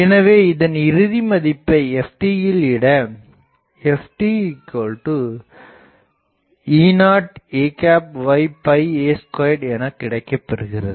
எனவே இதன் இறுதி மதிப்பை ft யில்இட ftE0ay a2என கிடைக்க பெறுகிறது